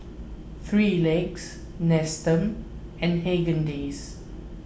three Legs Nestum and Haagen Dazs